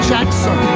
Jackson